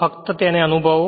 ફક્ત તેને અનુભવો